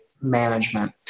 management